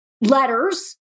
letters